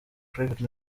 private